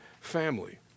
family